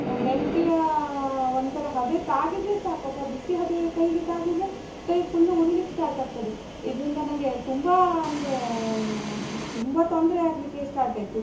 ಬೆಂಕಿ ಒಂಥರ ಹಬೆ ತಾಗಿದರೆ ಸಾಕು ಅಥವಾ ಬಿಸಿ ಹಬೆ ಕೈಗೆ ತಾಗಿದರೆ ಕೈ ಫುಲ್ಲು ಉರಿಲಿಕ್ಕೆ ಸ್ಟಾರ್ಟ್ ಆಗ್ತದೆ ಇದರಿಂದ ನನ್ಗೆ ತುಂಬ ಅಂದರೆ ತುಂಬ ತೊಂದರೆ ಆಗಲಿಕ್ಕೆ ಸ್ಟಾರ್ಟ್ ಆಯಿತು